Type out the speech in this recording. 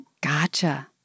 Gotcha